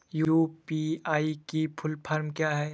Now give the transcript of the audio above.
UPI की full form क्या है?